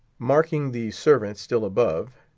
marking the servant still above,